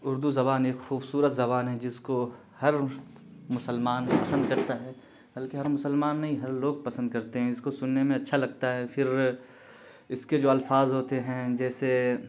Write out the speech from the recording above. اردو زبان ایک خوبصورت زبان ہے جس کو ہر مسلمان پسند کرتا ہے بلکہ ہر مسلمان نہیں ہر لوگ پسند کرتے ہیں اس کو سننے میں اچھا لگتا ہے پھر اس کے جو الفاظ ہوتے ہیں جیسے